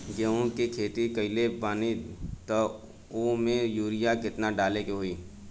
गेहूं के खेती कइले बानी त वो में युरिया केतना डाले के होई?